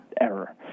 error